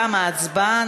תמה ההצבעה.